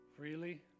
freely